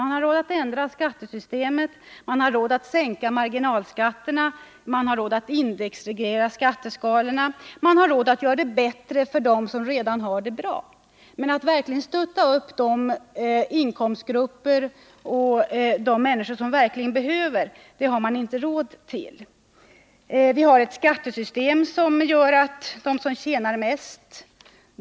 Man har råd att ändra skattesystemet, att sänka marginalskatterna och att indexreglera skatteskalorna. Man har råd att göra det bättre för dem som redan har det bra. Men att stötta upp de inkomstgrupper och de människor som verkligen behöver ett stöd har man inte råd med.